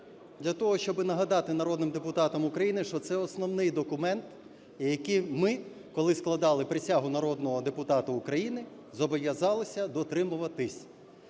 для того, щоби нагадати народним депутатам України, що це основний документ, який ми, коли складали присягу народного депутата України, зобов'язалися дотримуватись.